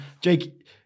Jake